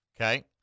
Okay